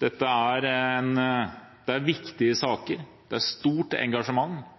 Dette er viktige saker, det er stort engasjement.